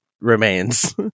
remains